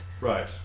Right